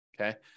Okay